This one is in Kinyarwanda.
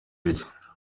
gutya